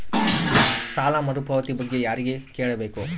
ಸಾಲ ಮರುಪಾವತಿ ಬಗ್ಗೆ ಯಾರಿಗೆ ಕೇಳಬೇಕು?